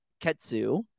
Ketsu